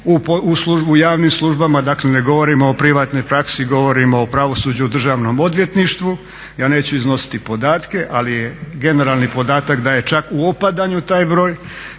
u javnim službama, dakle ne govorimo o privatnoj praksi, govorimo o pravosuđu i državnom odvjetništvu. Ja neću iznositi podatke, ali je generalni podatak da je čak u opadanju taj broj.